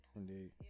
indeed